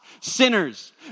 sinners